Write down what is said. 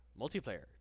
multiplayer